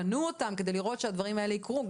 בנו אותם כדי לראות שהדברים האלה יקרו,